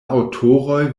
aŭtoroj